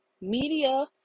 media